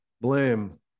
blame